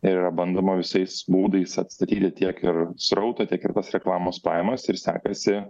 ir yra bandoma visais būdais atstatyti tiek ir srautą tiek ir tos reklamos pajamas ir sekasi